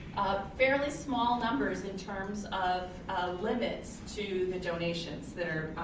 fairly small numbers in terms of of limits to the donations that are